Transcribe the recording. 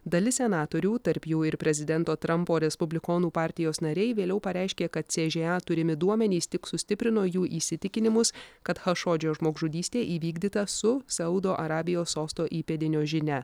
dalis senatorių tarp jų ir prezidento trampo respublikonų partijos nariai vėliau pareiškė kad cža turimi duomenys tik sustiprino jų įsitikinimus kad chašodžio žmogžudystė įvykdyta su saudo arabijos sosto įpėdinio žinia